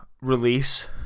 release